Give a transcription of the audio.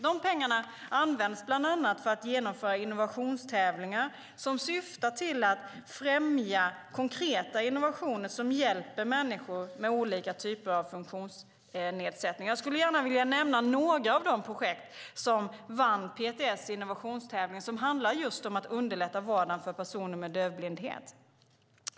De pengarna används bland annat för att genomföra innovationstävlingar som syftar till att främja konkreta innovationer som hjälper människor med olika typer av funktionsnedsättningar. Jag skulle gärna vilja nämna några av de projekt som vann PTS innovationstävling och som handlar just om att underlätta vardagen för personer med dövblindhet.